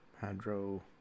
Hydro